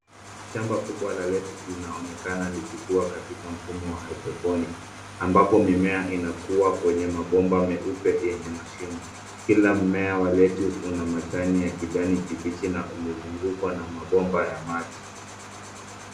Shamba kubwa la lettuce linaonekana likikuwa katika mfumo wa hydroponic ,ambapo mimea inakuwa kwenye mabomba meupe yenye mashimo. Kila mmea wa lettuce una majani ya kijani kibichi na umezungukwa na mabomba ya maji.